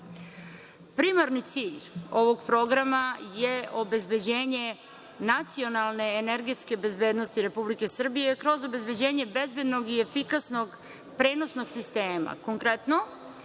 cilj ovog programa je obezbeđenje nacionalne energetske bezbednosti Republike Srbije, kroz obezbeđenje bezbednog i efikasnog prenosnog sistema.